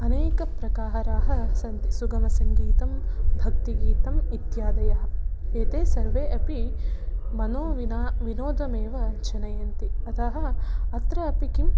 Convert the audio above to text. अनेकप्रकाराः सन्ति सुगमसङ्गीतं भक्तिगीतम् इत्यादयः एते सर्वे अपि मनोविना विनोदमेव जनयन्ति अतः अत्र अपि किं